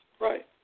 right